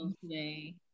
today